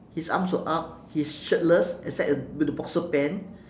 his arms were up he's shirtless except a with a boxer pant